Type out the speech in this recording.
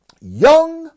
Young